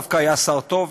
דווקא היה שר טוב.